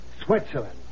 Switzerland